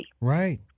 Right